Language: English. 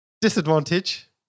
disadvantage